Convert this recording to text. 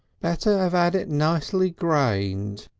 better ave ad it nicely grained.